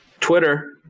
Twitter